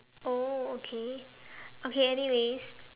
oh okay okay anyways